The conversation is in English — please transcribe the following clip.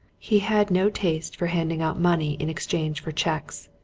he had no taste for handing out money in exchange for cheques,